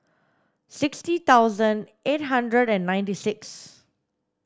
sixty thousand eight hundred and ninety six